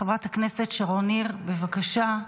חברת הכנסת שרון ניר, בבקשה.